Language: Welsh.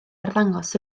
arddangos